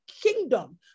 kingdom